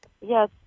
yes